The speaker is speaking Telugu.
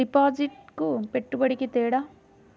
డిపాజిట్కి పెట్టుబడికి తేడా?